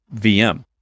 VM